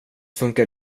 funkar